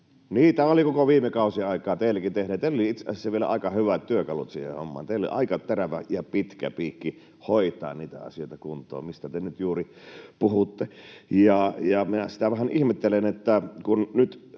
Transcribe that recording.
Niitä oli koko viime kausi aikaa teilläkin tehdä. Teillä oli itse asiassa vielä aika hyvät työkalut siihen hommaan. Teillä oli aika terävä ja pitkä piikki hoitaa kuntoon niitä asioita, mistä te nyt juuri puhutte. Ja minä sitä vähän ihmettelen, kun nyt